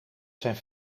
zijn